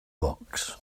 rocks